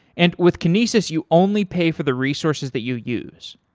and with kinesis, you only pay for the resources that you use.